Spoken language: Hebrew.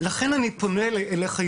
לכן אני פונה אליך,